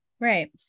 right